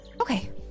Okay